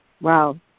Wow